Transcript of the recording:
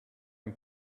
and